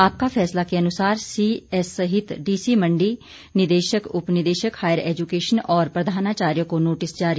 आपका फैसला के अनुसार सीएस सहित डीसी मंडी निदेशक उपनिदेशक हायर एजुकेशन और प्रधानाचार्य को नोटिस जारी